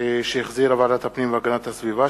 שהחזירה ועדת הפנים והגנת הסביבה,